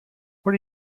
what